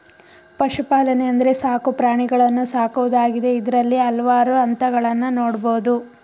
ಪಶುಪಾಲನೆ ಅಂದ್ರೆ ಸಾಕು ಪ್ರಾಣಿಗಳನ್ನು ಸಾಕುವುದಾಗಿದೆ ಇದ್ರಲ್ಲಿ ಹಲ್ವಾರು ಹಂತಗಳನ್ನ ನೋಡ್ಬೋದು